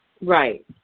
Right